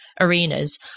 arenas